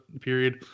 period